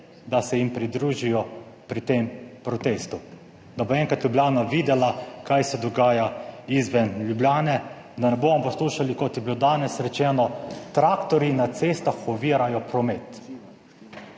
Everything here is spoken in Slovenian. da se jim pridružijo pri tem protestu, da bo enkrat Ljubljana videla, kaj se dogaja izven Ljubljane. Da ne bomo poslušali, kot je bilo danes rečeno: traktorji na cestah ovirajo promet.